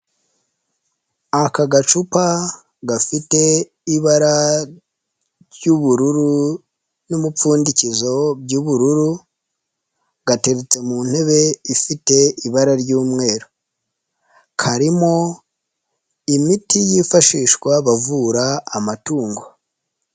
Aka gacupa gafite ibara, ry'ubururu n'umupfundikizo by'ubururu, gateretse mu ntebe ifite ibara ry'umweru. Karimo imiti yifashishwa bavura amatungo.